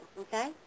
okay